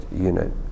unit